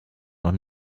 noch